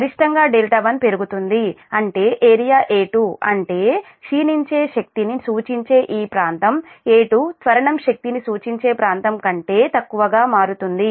గరిష్టంగా δ1 పెరుగుతుంది అంటే ఏరియా A2 అంటే క్షీణించే శక్తిని సూచించే ఈ ప్రాంతం A2 త్వరణం శక్తిని సూచించే ప్రాంతం కంటే తక్కువగా మారుతుంది